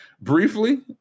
briefly